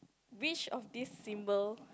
which of these symbol